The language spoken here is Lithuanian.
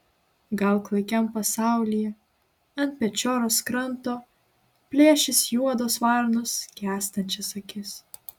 gal klaikiam pasaulyje ant pečioros kranto plėšys juodos varnos gęstančias akis